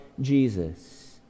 Jesus